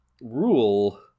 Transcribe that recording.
rule